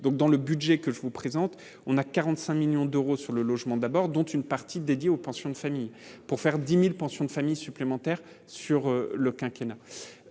donc, dans le budget que je vous présente, on a 45 millions d'euros sur le logement d'abord, dont une partie dédiée aux pensions de famille pour faire 10000 pensions de famille supplémentaires sur le quinquennat